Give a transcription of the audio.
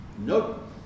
Nope